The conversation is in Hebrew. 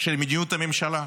של מדיניות הממשלה.